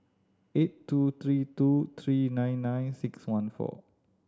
eight two three two three nine nine six one four